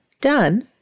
done